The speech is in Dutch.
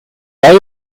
bij